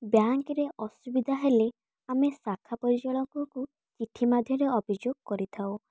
ବ୍ୟାଙ୍କରେ ଅସୁବିଧା ହେଲେ ଆମେ ଶାଖା ପରିଚାଳକଙ୍କୁ ଚିଠି ମଧ୍ୟରେ ଅଭିଯୋଗ କରିଥାଉ